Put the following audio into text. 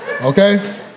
okay